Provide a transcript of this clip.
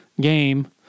game